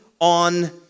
on